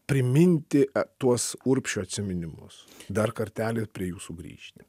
priminti tuos urbšio atsiminimus dar kartelį prie jų sugrįžti